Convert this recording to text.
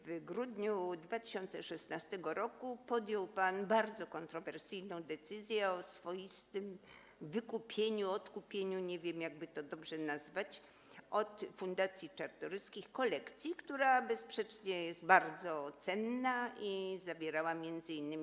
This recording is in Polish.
W grudniu 2016 r. podjął pan bardzo kontrowersyjną decyzję o swoistym wykupieniu, odkupieniu - nie wiem, jak to dobrze nazwać - od fundacji Czartoryskich kolekcji, która bezsprzecznie jest bardzo cenna i zawiera m.in.